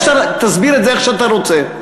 תסביר את זה איך שאתה רוצה.